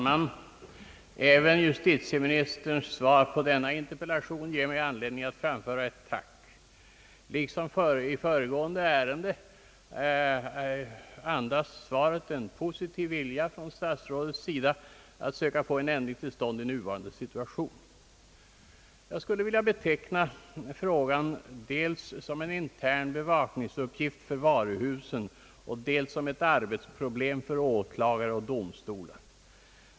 Herr talman! Justitieministerns svar även på denna interpellation ger mig anledning att framföra ett tack till honom. Liksom i föregående ärende andas svaret en positiv vilja hos statsrådet att försöka få en ändring till stånd i den nu rådande situationen. Jag skulle vilja beteckna denna fråga dels som en intern bevakningsuppgift för varuhusen och dels som ett arbetsproblem för åklagare och domstolar.